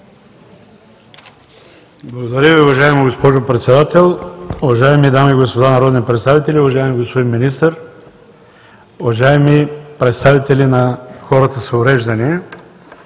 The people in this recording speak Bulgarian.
Благодаря Ви, уважаема госпожо Председател. Уважаеми дами и господа народни представители, уважаеми господин Министър, уважаеми представители на хората с увреждания!